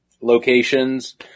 locations